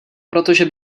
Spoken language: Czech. protože